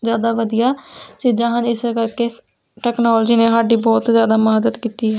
ਜ਼ਿਆਦਾ ਵਧੀਆ ਚੀਜ਼ਾਂ ਹਨ ਇਸ ਕਰਕੇ ਟੈਕਨੋਲਜੀ ਨੇ ਸਾਡੀ ਬਹੁਤ ਜ਼ਿਆਦਾ ਮਦਦ ਕੀਤੀ ਹੈ